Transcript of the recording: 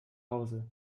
hause